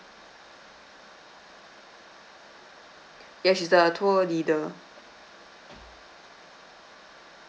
ya she's the tour leader